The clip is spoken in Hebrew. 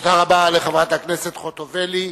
תודה רבה לחברת הכנסת חוטובלי.